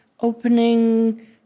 opening